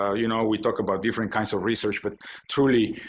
ah you know, we talk about different kinds of research but truly